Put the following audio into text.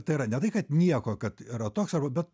tai yra ne tai kad nieko kad yra toks arba